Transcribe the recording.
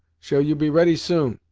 shall you be ready soon?